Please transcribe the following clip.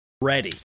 ready